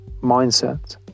mindset